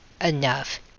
enough